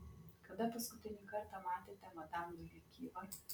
kada paskutinį kartą matėte madam doili gyvą